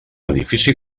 edifici